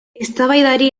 eztabaidari